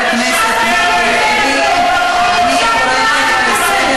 חבר הכנסת מיקי לוי, אני קוראת אותך לסדר